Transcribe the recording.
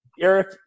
Eric